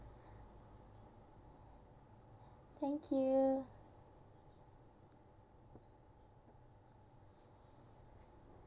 thank you